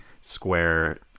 Square